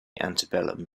antebellum